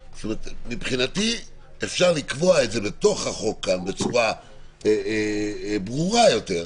מבחינתי אפשר לקבוע את זה בחוק כאן בצורה ברורה יותר,